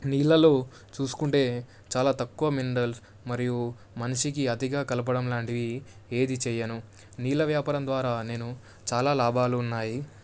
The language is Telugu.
నీళ్ళల్లో చూసుకుంటే చాలా తక్కువ మినరల్స్ మరియు మనిషికి అతిగా కలపడం లాంటివి ఏదీ చెయ్యను నీళ్ళ వ్యాపారం ద్వారా నేను చాలా లాభాలు ఉన్నాయి